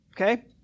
Okay